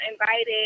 invited